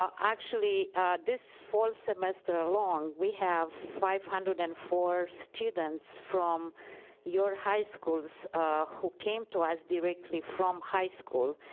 um actually this fall semester ah alone, we have five hundred and four students from your high schools who came to us directly from high school,